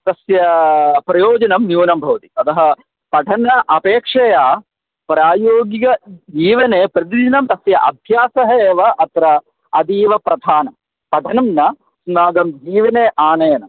तस्य प्रयोजनं न्यूनं भवति अतः पठन अपेक्षया प्रायोगिकजीवने प्रतिदिनं तस्य अभ्यासः एव अत्र अतीवप्रधानं पठनं न अस्माकं जीवने आनयनं